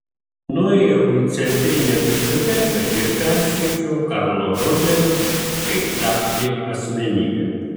nuėjau į centrinę biblioteką ir perskaičiau karlo rodžerio kaip tapti asmenybe